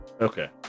Okay